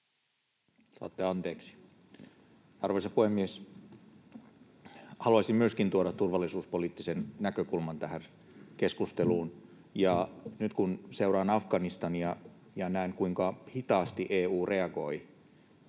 Content: Arvoisa puhemies! Haluaisin tuoda myöskin turvallisuuspoliittisen näkökulman tähän keskusteluun. Nyt kun seuraan Afganistania ja näen, kuinka hitaasti EU reagoi